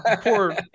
poor